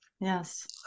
yes